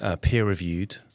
peer-reviewed